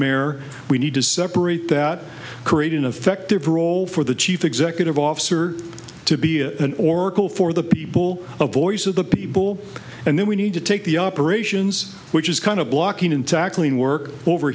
mayor we need to separate that create an effective role for the chief executive officer to be a oracle for the people of voice of the people and then we need to take the operations which is kind of blocking and tackling work over